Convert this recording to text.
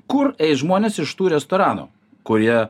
kur eis žmonės iš tų restoranų kurie